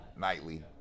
nightly